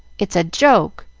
it's a joke!